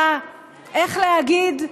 איך להגיד?